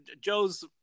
Joe's